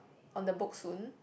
on the book soon